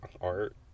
art